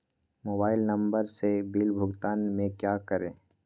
Mobile number से bill भुगतान में क्या करें?